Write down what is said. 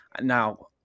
now